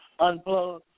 unplug